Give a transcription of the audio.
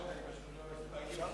אפשר